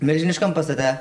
milžiniškam pastate